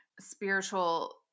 spiritual